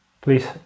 please